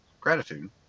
gratitude